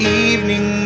evening